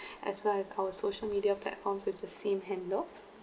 as well as our social media platforms with the same handle